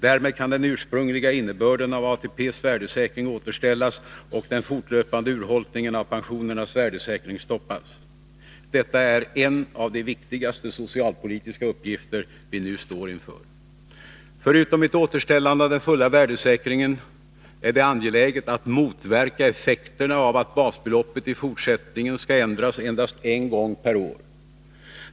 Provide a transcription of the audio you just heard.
Därmed kan den ursprungliga innebörden av ATP:s värdesäkring återställas och den fortlöpande urholkningen av pensionernas värdesäkring stoppas. Detta är en av de viktigaste socialpolitiska uppgifter vi nu står inför! Förutom att åstadkomma ett återställande av den fulla värdesäkringen är det angeläget att motverka effekterna av att basbeloppet i fortsättningen skall ändras endast en gång per år.